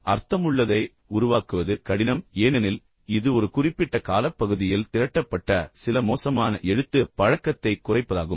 அர்த்தமுள்ளதை உருவாக்குவது கடினம் ஏனெனில் இது ஒரு குறிப்பிட்ட காலப்பகுதியில் திரட்டப்பட்ட சில மோசமான எழுத்து பழக்கத்தைக் குறைப்பதாகும்